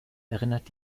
erinnert